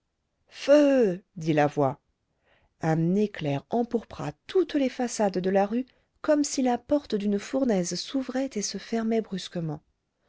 feu dit la voix un éclair empourpra toutes les façades de la rue comme si la porte d'une fournaise s'ouvrait et se fermait brusquement